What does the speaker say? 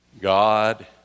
God